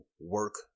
work